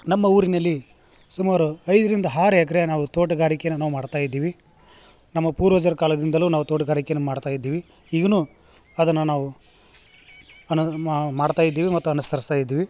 ನಮ್ಮ ಊರಿನಲ್ಲಿ ಸುಮಾರು ಐದ್ರಿಂದ ಆರು ಎಕ್ಕರೆ ನಾವು ತೋಟಗಾರಿಕೆಯನ್ನ ನಾವು ಮಾಡ್ತಾ ಇದ್ದೀವಿ ನಮ್ಮ ಪೂರ್ವಜರ ಕಾಲದಿಂದಲೂ ನಾವು ತೋಟ್ಗಾರಿಕೆಯನ್ನ ಮಾಡ್ತಾ ಇದ್ದೀವಿ ಈಗನೂ ಅದನ್ನ ನಾವು ಅನವ್ ಮಾಡ್ತಾ ಇದ್ದೀವಿ ಮತ್ತೆ ಅನುಸರ್ಸ್ತಾ ಇದ್ವಿ